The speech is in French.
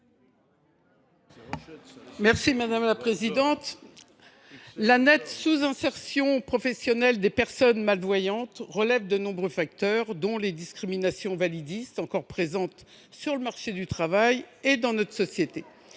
Mme Raymonde Poncet Monge. La nette sous insertion professionnelle des personnes malvoyantes est due à de nombreux facteurs, inhérents aux discriminations validistes encore omniprésentes sur le marché du travail et dans notre société,